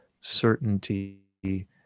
certainty